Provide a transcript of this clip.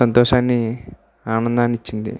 సంతోషాన్ని ఆనందాన్ని ఇచ్చింది